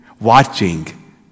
watching